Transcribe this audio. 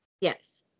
Yes